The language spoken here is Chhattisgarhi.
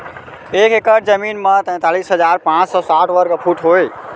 एक एकड़ जमीन मा तैतलीस हजार पाँच सौ साठ वर्ग फुट होथे